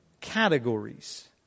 categories